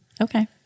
Okay